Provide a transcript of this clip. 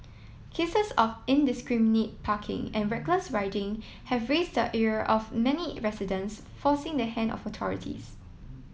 cases of indiscriminate parking and reckless riding have raised the ire of many residents forcing the hand of authorities